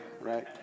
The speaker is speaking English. right